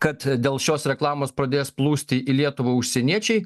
kad dėl šios reklamos pradės plūsti į lietuvą užsieniečiai